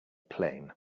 plane